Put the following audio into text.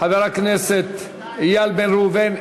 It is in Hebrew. חבר הכנסת איל בן ראובן,